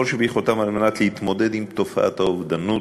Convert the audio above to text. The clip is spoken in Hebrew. שביכולתם על מנת להתמודד עם תופעת האובדנות.